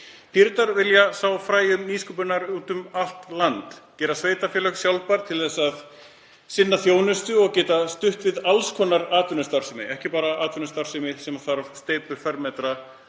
Píratar vilja sá fræjum nýsköpunar út um allt land, gera sveitarfélag sjálfbær til að sinna þjónustu og geta stutt við alls konar atvinnustarfsemi, ekki bara atvinnustarfsemi sem þarf steypu, fermetra